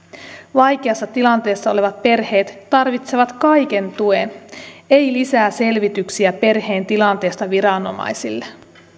vaikeassa tilanteessa olevat perheet tarvitsevat kaiken tuen ei lisää selvityksiä perheen tilanteesta viranomaisille